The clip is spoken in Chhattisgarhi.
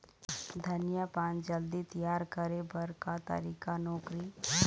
धनिया पान जल्दी तियार करे बर का तरीका नोकरी?